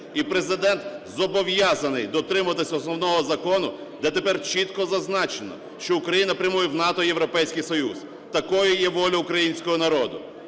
І Президент зобов'язаний дотримуватись Основного Закону, де тепер чітко зазначено, що Україна прямує в НАТО і Європейський Союз, такою є воля українського народу.